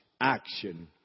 action